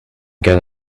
get